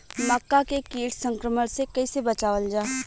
मक्का के कीट संक्रमण से कइसे बचावल जा?